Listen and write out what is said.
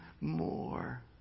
more